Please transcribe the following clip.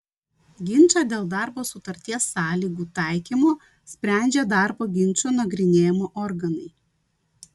ginčą dėl darbo sutarties sąlygų taikymo sprendžia darbo ginčų nagrinėjimo organai